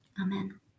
amen